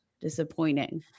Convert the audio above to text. disappointing